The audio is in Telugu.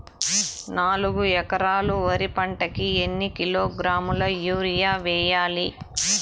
నాలుగు ఎకరాలు వరి పంటకి ఎన్ని కిలోగ్రాముల యూరియ వేయాలి?